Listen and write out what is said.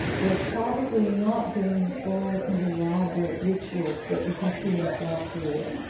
they're probably not doing the full and elaborate rituals that you can see in south korea,